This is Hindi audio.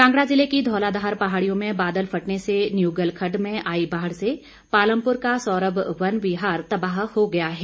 कांगड़ा जिले की धौलाधार पहाड़ियों में बादल फटने से न्यूगल खड्ड में आई बाढ़ से पालमपुर का सौरभ वन विहार तबाह हो गया है